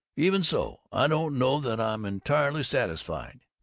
even so, i don't know that i'm entirely satisfied!